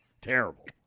Terrible